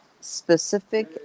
specific